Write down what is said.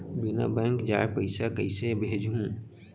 बिना बैंक जाये पइसा कइसे भेजहूँ?